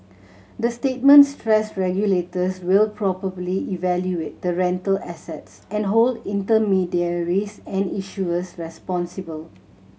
the statement stressed regulators will probably evaluate the rental assets and hold intermediaries and issuers responsible